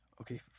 Okay